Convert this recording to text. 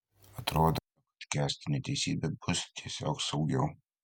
atrodo kad kęsti neteisybę bus tiesiog saugiau